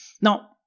Now